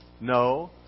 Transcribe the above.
No